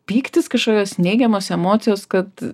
pyktis kažkokios neigiamos emocijos kad